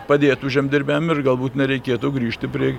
padėtų žemdirbiam ir galbūt nereikėtų grįžti prie